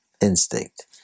instinct